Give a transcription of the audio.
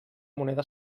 moneda